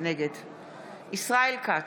ישראל כץ,